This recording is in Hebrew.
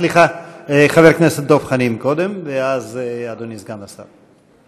חבר הכנסת דב חנין, ואז, אדוני סגן השר.